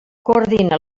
coordina